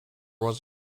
was